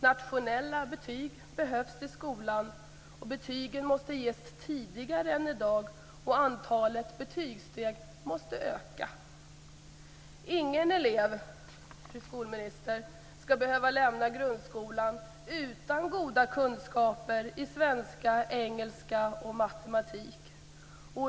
Nationella betyg behövs i skolan, betygen måste ges tidigare än i dag och antalet betygssteg måste öka. Ingen elev, fru skolminister, skall behöva lämna grundskolan utan goda kunskaper i svenska, engelska och matematik.